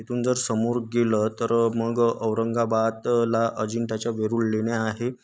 तिथून जर समोर गेलं तर मग औरंगाबादला अजिंठाच्या वेरूळ लेण्या आहे